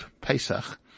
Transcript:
Pesach